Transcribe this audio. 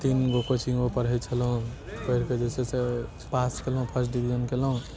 तीन गो कोचिंगमे पढ़ै छलहुँ पढ़िकऽ जे छै से पास कयलहुँ फर्स्ट डिवीजन कयलहुँ